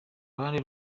ruhande